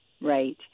right